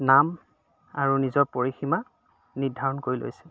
নাম আৰু নিজৰ পৰিসীমা নিৰ্ধাৰণ কৰি লৈছিল